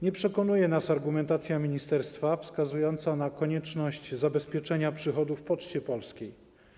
Nie przekonuje nas argumentacja ministerstwa wskazująca na konieczność zabezpieczenia przychodów Poczty Polskiej.